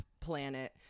planet